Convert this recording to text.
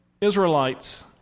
Israelites